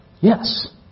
Yes